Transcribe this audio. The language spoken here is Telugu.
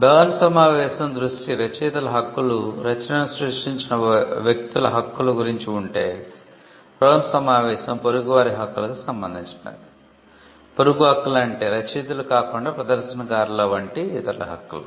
బెర్న్ సమావేశం దృష్టి రచయితల హక్కులు రచనను సృష్టించిన వ్యక్తులు హక్కుల గురించి ఉంటే రోమ్ సమావేశం పొరుగువారి హక్కులకు సంబంధించినది పొరుగు హక్కులు అంటే రచయితలు కాకుండా ప్రదర్శనకారుల వంటి ఇతరుల హక్కులు